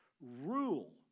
rule